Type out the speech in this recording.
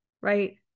right